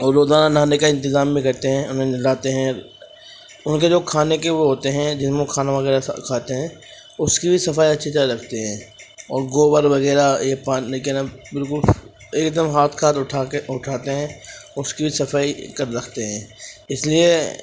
اور روزانہ نہانے کا انتظام بھی کرتے ہیں انہیں نہلاتے ہیں ان کے جو کھانے کے وہ ہوتے ہیں جن میں وہ کھانا وغیرہ کھاتے ہیں اس کی بھی صفائی اچھی طرح رکھتے ہیں اور گوبر وغیرہ کیا نام بالکل ایک دم ہاتھ کے ہاتھ اٹھاتے ہیں اس کی بھی صفائی کر رکھتے ہیں اس لیے